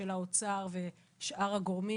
של האוצר ושל שאר הגורמים,